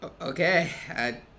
Okay